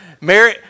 Mary